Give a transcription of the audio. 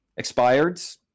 expireds